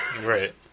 Right